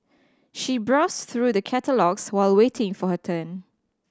she browsed through the catalogues while waiting for her turn